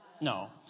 No